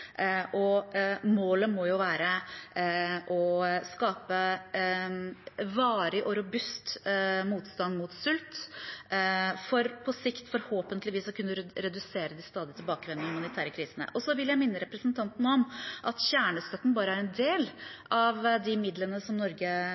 Målet må jo være å skape varig og robust motstand mot sult for på sikt forhåpentligvis å kunne redusere de stadig tilbakevendende humanitære krisene. Så vil jeg minne representanten om at kjernestøtten bare er en del av de midlene som Norge